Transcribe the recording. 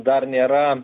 dar nėra